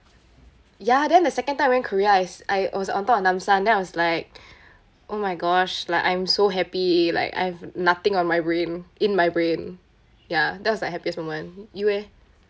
ya then the second time I went korea I I was on top of namsan then I was like oh my gosh like I'm so happy like I've nothing on my brain in my brain ya that was like happiest moment you eh